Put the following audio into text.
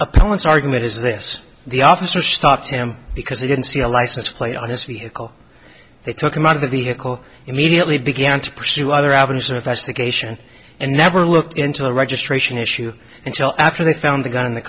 appellant's argument is this the officer stopped him because they didn't see a license plate on his vehicle they took him out of the vehicle immediately began to pursue other avenues of investigation and never looked into the registration issue until after they found the gun in the